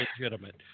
legitimate